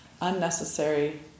unnecessary